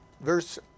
verse